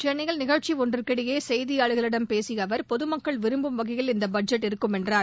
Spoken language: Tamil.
சென்னையில் நிகழ்ச்சி ஒன்றிற்கிடையே செய்தியாளர்களிடம் பேசிய அவர் பொதுமக்கள் விரும்பும் வகையில் இந்த பட்ஜெட் இருக்கும் என்றார்